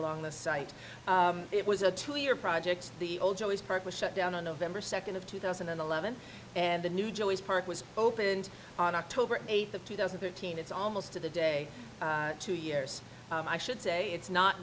along the site it was a two year project the old always park was shut down on november second of two thousand and eleven and the new joys park was opened on october eighth of two thousand thirteen it's almost to the day two years i should say it's not